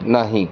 नाही